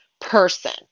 person